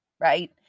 right